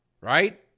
Right